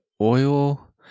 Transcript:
oil